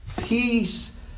Peace